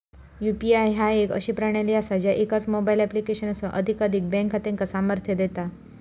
UPI ह्या एक अशी प्रणाली असा ज्या एकाच मोबाईल ऍप्लिकेशनात एकाधिक बँक खात्यांका सामर्थ्य देता